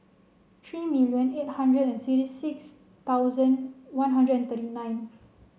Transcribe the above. three million eight hundred and sixty six thousand one hundred and thirty nine